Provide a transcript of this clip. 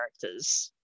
characters